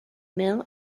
mill